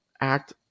act